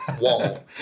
wall